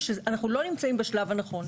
ואנחנו לא נמצאים בשלב הנכון.